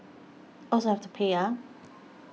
also have to pay ah